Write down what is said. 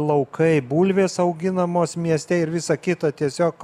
laukai bulvės auginamos mieste ir visa kita tiesiog